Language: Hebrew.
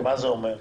מה זה אומר?